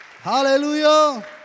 hallelujah